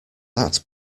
that